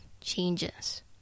changes